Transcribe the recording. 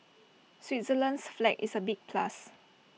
Switzerland's flag is A big plus